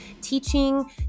Teaching